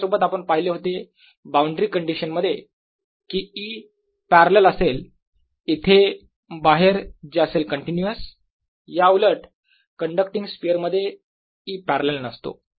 याच्यासोबत आपण पाहिले होते बाउंड्री कंडिशन मध्ये की E पॅरलल असेल इथे बाहेर जे असेल कंटीन्यूअस याउलट कण्डक्टींग स्पियर मध्ये E पॅरलल नसतो